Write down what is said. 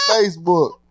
Facebook